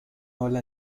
ola